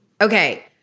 Okay